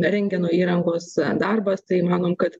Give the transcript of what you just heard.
rentgeno įrangos darbas tai manom kad